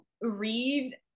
read